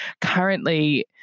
currently